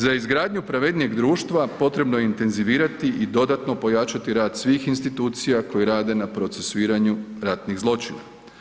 Za izgradnju pravednijeg društva potrebno je intenzivirati i dodatno pojačati rad svih institucija koje rade na procesuiranju ratnih zločina.